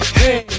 hey